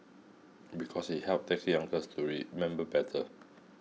because it helps taxi uncles to remember better